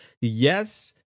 Yes